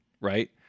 right